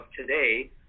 today